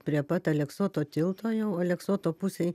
prie pat aleksoto tilto jau aleksoto pusėj